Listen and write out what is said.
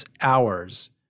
hours